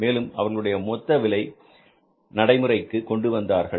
மேலும் அவர்களுடைய மொத்த விலை நடைமுறையை நடைமுறைக்கு கொண்டு வந்தார்கள்